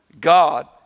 God